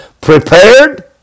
prepared